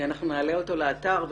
אנחנו נעלה אותו לאתר הוועדה.